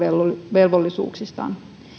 velvollisuuksistaan